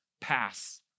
pass